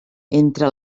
entre